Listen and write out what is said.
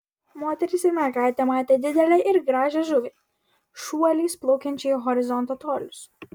moteris ir mergaitė matė didelę ir gražią žuvį šuoliais plaukiančią į horizonto tolius